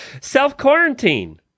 self-quarantine